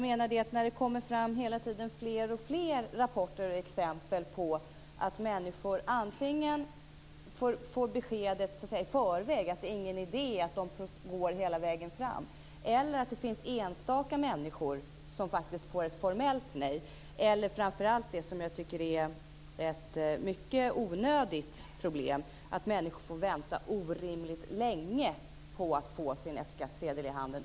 Men det kommer hela tiden fram fler och fler rapporter om och exempel på att människor antingen så att säga i förväg får beskedet att det inte är någon idé att de går hela vägen fram eller att enstaka människor faktiskt får ett formellt nej. Det jag framför allt tycker är ett mycket onödigt problem, är att människor får vänta orimligt länge på att få sin F skattsedel i handen.